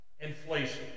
inflation